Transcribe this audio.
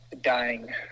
dying